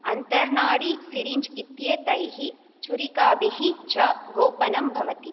अन्तर्नाडी syringe इत्येतैः छुरिकाभिः च गोपनं भवति